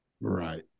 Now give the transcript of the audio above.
Right